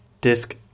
disk